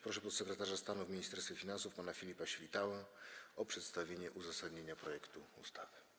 Proszę podsekretarza stanu w Ministerstwie Finansów pana Filipa Świtałę o przedstawienie uzasadnienia projektu ustawy.